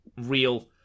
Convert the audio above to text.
real